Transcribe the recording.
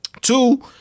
two